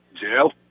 Jail